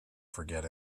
forget